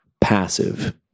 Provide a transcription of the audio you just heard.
passive